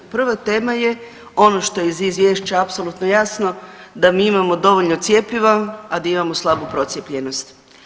Prva tema je ono što je iz Izvješća apsolutno jasno da mi imamo dovoljno cjepiva, a da imamo slabu procijepljenost.